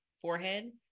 forehead